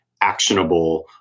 actionable